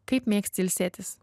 kaip mėgsti ilsėtis